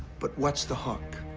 but what's the hook?